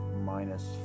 minus